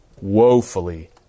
woefully